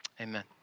Amen